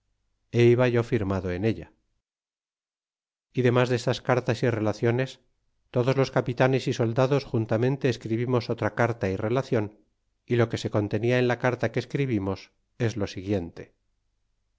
é iba yo firmado en ella y demas destas cartas y relaciones todos los capitanes y soldados juntamente escribimos otra carta y relacion y lo que se contenia en la carta que escribimos es lo siguiente